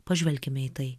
pažvelkime į tai